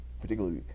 particularly